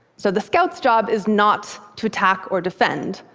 so the scout's job is not to attack or defend.